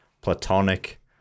platonic